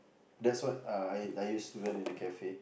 that's what uh I I used to learn in the cafe